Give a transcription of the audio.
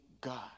God